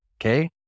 Okay